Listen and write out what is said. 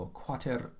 quater